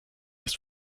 ist